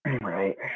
Right